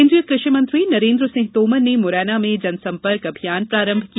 केन्द्रीय कृषि मंत्री नरेन्द्र सिंह तोमर ने मुरैना में जनसंपर्क अभियान प्रारंभ किया